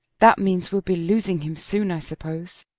that means we'll be losing him soon, i suppose.